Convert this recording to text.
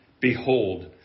Behold